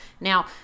Now